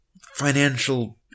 financial